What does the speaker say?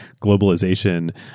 globalization